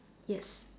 yes